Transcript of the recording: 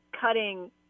cutting